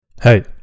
Hey